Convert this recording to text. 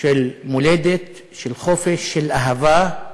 של מולדת, של חופש, של אהבה.